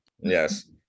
Yes